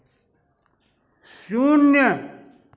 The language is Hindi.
शून्य